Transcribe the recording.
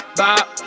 bop